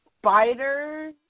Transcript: spider